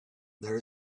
there